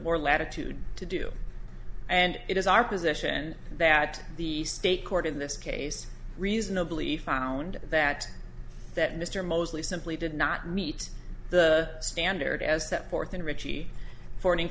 more latitude to do and it is our position that the state court in this case reasonably found that that mr mosley simply did not meet the standard as set forth in ritchie fo